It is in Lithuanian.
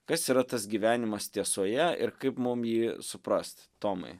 kas yra tas gyvenimas tiesoje ir kaip mum jį suprast tomai